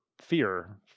fear